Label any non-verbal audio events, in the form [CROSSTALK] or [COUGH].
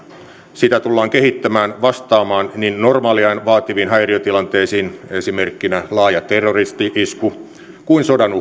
sitä tullaan kehittämään vastaamaan niin normaaliajan vaativiin häiriötilanteisiin esimerkkinä laaja terroristi isku kuin sodan [UNINTELLIGIBLE]